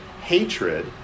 hatred